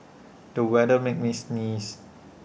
the weather made me sneeze